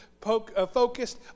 focused